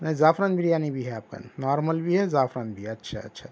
زعفران بریانی بھی ہے اپنی نارمل بھی ہے زعفران بھی اچھا اچھا اچھا